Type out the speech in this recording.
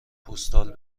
پستال